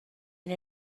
and